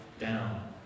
down